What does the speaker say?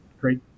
great